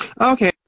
Okay